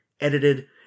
edited